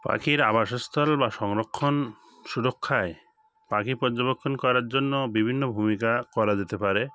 পাখির আবাসস্থল বা সংরক্ষণ সুরক্ষায় পাখি পর্যবেক্ষণ করার জন্য বিভিন্ন ভূমিকা করা যেতে পারে